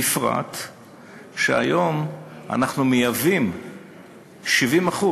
בפרט שהיום אנחנו מייבאים 70%,